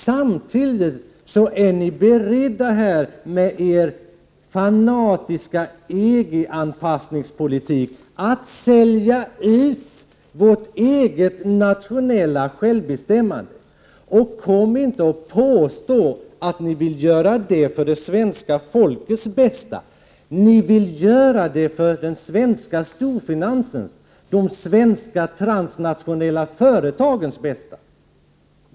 Samtidigt är ni beredda att med er fanatiska EG-anpassningspolitik sälja ut vårt eget nationella självbestämmande. Kom inte och påstå att ni vill göra det för det svenska folkets bästa! Ni vill göra det för den svenska storfinansens, de svenska transnationella företagens bästa.